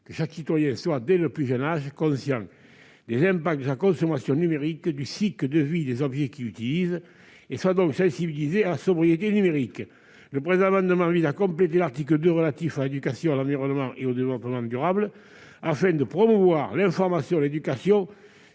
que chaque citoyen soit, dès le plus jeune âge, conscient des impacts de sa consommation numérique et du cycle de vie des objets qu'il utilise, bref, qu'il soit sensibilisé à la sobriété numérique. C'est pourquoi le présent amendement vise à compléter l'article 2 relatif à l'éducation à l'environnement et au développement durable, afin de promouvoir, auprès des élèves, l'information